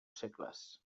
segles